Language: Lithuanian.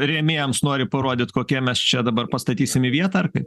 rėmėjams nori parodyt kokie mes čia dabar pastatysim į vietą ar kaip